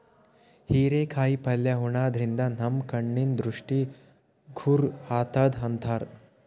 ಹಿರೇಕಾಯಿ ಪಲ್ಯ ಉಣಾದ್ರಿನ್ದ ನಮ್ ಕಣ್ಣಿನ್ ದೃಷ್ಟಿ ಖುರ್ ಆತದ್ ಅಂತಾರ್